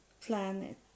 planet